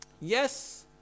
Yes